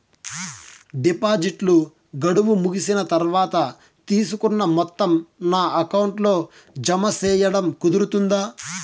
డిపాజిట్లు గడువు ముగిసిన తర్వాత, తీసుకున్న మొత్తం నా అకౌంట్ లో జామ సేయడం కుదురుతుందా?